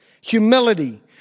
Humility